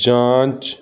ਜਾਂਚ